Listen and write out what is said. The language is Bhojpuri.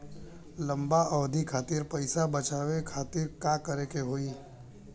लंबा अवधि खातिर पैसा बचावे खातिर का करे के होयी?